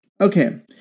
Okay